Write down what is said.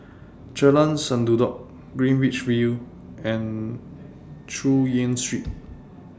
Jalan Sendudok Greenwich V and Chu Yen Street